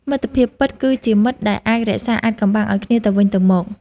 មិត្តភាពពិត គឺជាមិត្តដែលអាចរក្សាអាថ៌កំបាំងឱ្យគ្នាទៅវិញទៅមក។